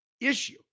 issue